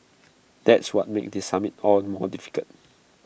that's what makes this summit all the more difficult